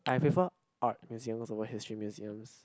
I prefer art museums over history museums